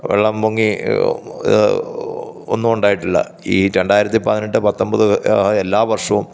വെള്ളം പൊങ്ങി ഒന്നും ഉണ്ടായിട്ടില്ല ഈ രണ്ടായിരത്തി പതിനെട്ട് പത്തൊമ്പത് എല്ലാ വര്ഷവും